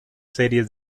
series